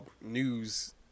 news